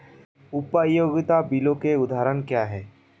उपयोगिता बिलों के उदाहरण क्या हैं?